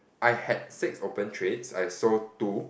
I had six open trades I sold two